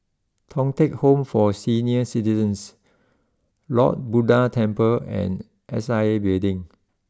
Thong Teck Home for Senior citizens Lord Buddha Temple and S I A Building